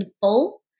full